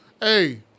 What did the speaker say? Hey